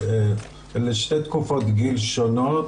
אלה שתי תקופות גיל שונות,